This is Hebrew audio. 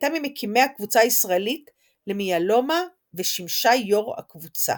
הייתה ממקימי הקבוצה הישראלית למיאלומה ושימשה יו"ר הקבוצה.